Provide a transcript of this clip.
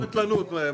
34 אלף מטרים תעסוקה,